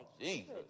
Jesus